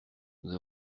nous